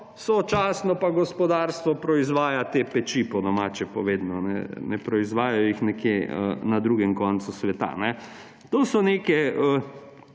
sočasno pa gospodarstvo proizvaja te peči, po domače povedano, ne proizvajajo jih nekje na drugem koncu sveta. To so neke